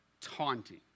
taunting